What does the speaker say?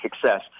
success